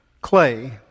Clay